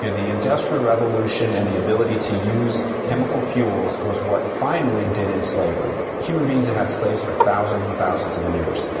you know the industrial revolution and the ability to use chemical fuels was what finally did in slavery. human beings had slaves for thousands and thousands of years.